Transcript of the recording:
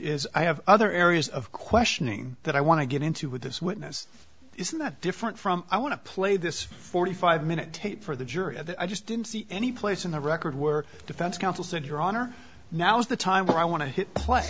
is i have other areas of questioning that i want to get into with this witness isn't that different from i want to play this forty five minute tape for the jury and i just didn't see any place in the record where defense counsel said your honor now is the time where i want to play